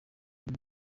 iyi